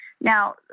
Now